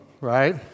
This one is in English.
right